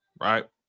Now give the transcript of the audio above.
Right